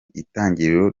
itangiriro